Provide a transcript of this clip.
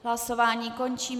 Hlasování končím.